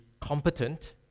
competent